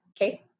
okay